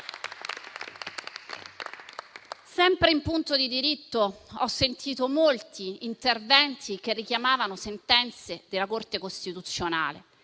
Sempre in punto di diritto, ho sentito molti interventi che richiamavano sentenze della Corte costituzionale.